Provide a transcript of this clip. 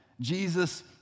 Jesus